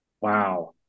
Wow